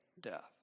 death